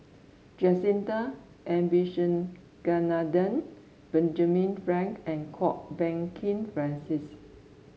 Jacintha Abisheganaden Benjamin Frank and Kwok Peng Kin Francis